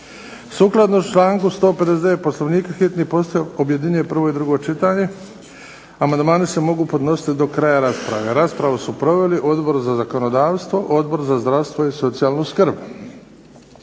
Sukladno članku 159. Poslovnika hitni postupak objedinjuje prvo i drugo čitanje. Amandmani se mogu podnositi do kraja rasprave. Raspravu su proveli Odbor za zakonodavstvo, Odbor za zdravstvo i socijalnu skrb.